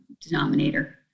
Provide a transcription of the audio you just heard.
denominator